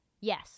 yes